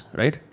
right